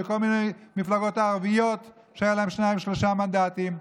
וכל מיני מפלגות ערביות שהיו להן שניים-שלושה מנדטים,